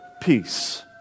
peace